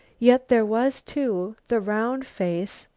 yet there was, too, the round face,